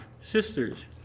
sisters